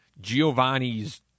Giovanni's